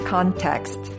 Context